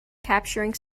capturing